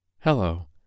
Hello